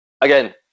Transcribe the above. again